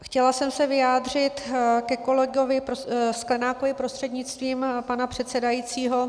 Chtěla jsem se vyjádřit ke kolegovi Sklenákovi prostřednictvím pana předsedajícího.